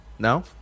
No